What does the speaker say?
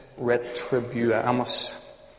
retribuamus